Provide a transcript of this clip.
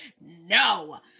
no